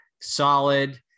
solid